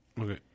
Okay